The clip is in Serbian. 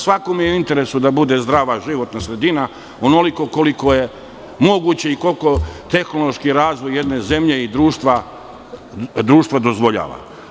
Svakome je u interesu da bude zdrava životna sredina onoliko koliko je moguće i koliko tehnološki razvoj jedne zemlje i društva dozvoljava.